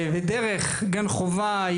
ודרך גן חובה,